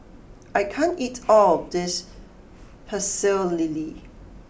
I can't eat all of this Pecel Lele